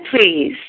please